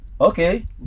Okay